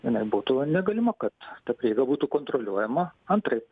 jina būtų negalima kad ta prieiga būtų kontroliuojama antraip